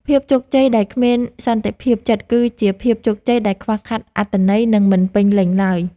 ភាពជោគជ័យដែលគ្មានសន្តិភាពចិត្តគឺជាភាពជោគជ័យដែលខ្វះខាតអត្ថន័យ និង មិនពេញលេញឡើយ។